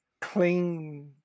clean